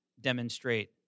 demonstrate